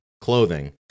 clothing